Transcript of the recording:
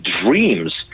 dreams